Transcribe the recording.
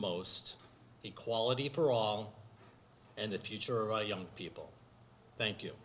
most equality for all and the future our young people thank you